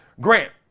Grant